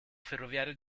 ferroviario